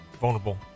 vulnerable